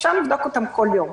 אפשר לבדוק אותם כל יום.